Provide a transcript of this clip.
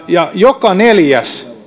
ja joka neljäs